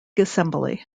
assembly